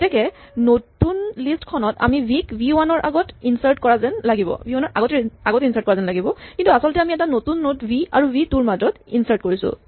এতেকে নতুন লিষ্ট খনত আমি ভি ক ভি ৱান ৰ আগত ইনচাৰ্ট কৰা যেন লাগিব কিন্তু আচলতে আমি এটা নতুন নড ভি আৰু ভি টু ৰ মাজত ইনচাৰ্ট কৰিছোঁ